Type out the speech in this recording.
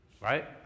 Right